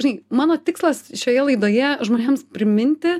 žinai mano tikslas šioje laidoje žmonėms priminti